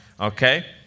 Okay